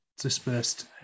dispersed